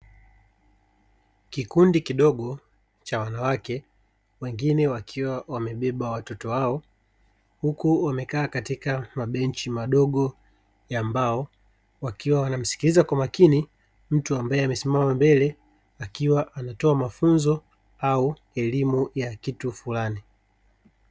Kikundi kidogo cha wanawake, wengine wakiwa wamebeba watoto wao huku wamekaa katika mabenchi madogo ya mbao, wakiwa wanamsikiliza kwa makini mtu ambaye amesimama mbele akiwa anatoa mafunzo au elimu ya kitu fulani.